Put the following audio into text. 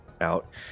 out